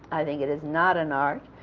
i think it is not an art,